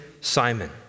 Simon